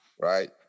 Right